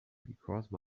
because